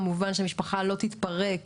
כך שיש פה מעטפת שנותנת מענה